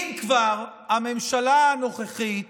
אם כבר, הממשלה הנוכחית